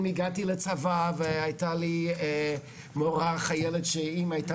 הגעתי לצבא והייתה לי מורה חיילת שאם היא הייתה